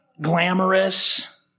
glamorous